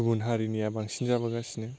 गुबुन हारिनिया बांसिन जाबोगासिनो